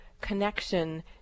connection